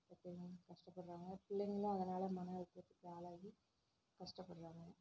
பெற்றவிங்க இங்கே கஷ்டப்படுறாங்க பிள்ளைங்களும் அதனால் மன அழுத்தத்துக்கு ஆளாகி கஷ்டப்படுறாங்க